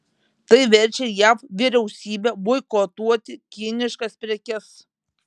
tai verčia jav vyriausybę boikotuoti kiniškas prekes